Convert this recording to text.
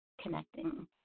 connecting